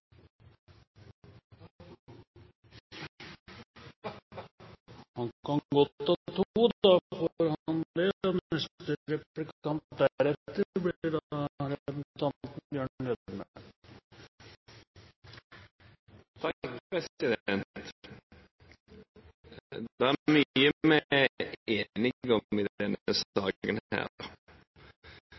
Han kan godt ta to; da får han det. Takk, president. Det er mye